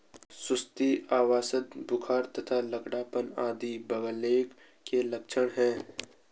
सुस्ती, अवसाद, बुखार तथा लंगड़ापन आदि ब्लैकलेग के लक्षण हैं